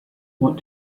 what